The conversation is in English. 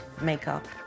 makeup